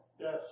Yes